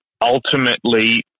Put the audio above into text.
ultimately